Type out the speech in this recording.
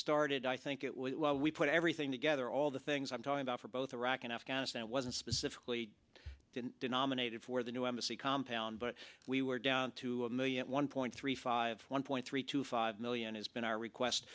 started i think it was we put everything together all the things i'm talking about for both iraq and afghanistan it wasn't specifically denominated for the new embassy compound but we were down to a million one point three five one point three two five million has been our request